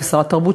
כשרת התרבות,